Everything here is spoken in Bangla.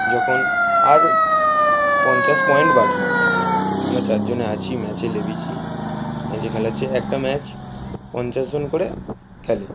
যখন আর পঞ্চাশ পয়েন্ট বাকি আমরা চারজনে আছি ম্যাচে নেবেছি ম্যাচে খেলা হচ্ছে একটা ম্যাচ পঞ্চাশজন করে খেলে